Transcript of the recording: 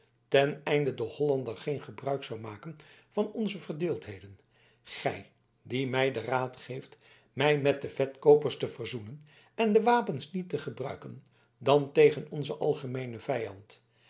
ten einde de hollander geen gebruik zou maken van onze verdeeldheden gij die mij den raad geeft mij met de vetkoopers te verzoenen en de wapens niet te gebruiken dan tegen onzen algemeenen vijand